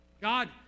God